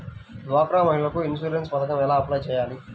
డ్వాక్రా మహిళలకు ఇన్సూరెన్స్ పథకం ఎలా అప్లై చెయ్యాలి?